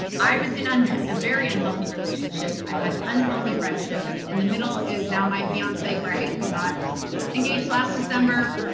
i was in and a very unhealthy relationship. i had unhealthy friendships. in the middle is now my fiancee, greg. we got engaged last december,